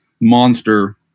monster